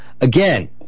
again